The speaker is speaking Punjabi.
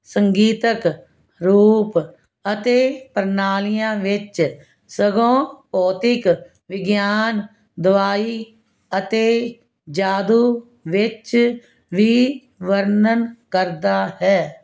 ਸੰਗੀਤਕ ਰੂਪ ਅਤੇ ਪ੍ਰਣਾਲੀਆਂ ਵਿੱਚ ਸਗੋਂ ਭੌਤਿਕ ਵਿਗਿਆਨ ਦਵਾਈ ਅਤੇ ਜਾਦੂ ਵਿੱਚ ਵੀ ਵਰਨਣ ਕਰਦਾ ਹੈ